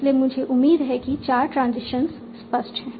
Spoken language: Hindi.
इसलिए मुझे उम्मीद है कि चार ट्रांजिशंस स्पष्ट हैं